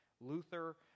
Luther